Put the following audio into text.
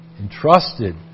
entrusted